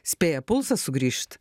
spėja pulsas sugrįžt